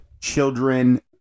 children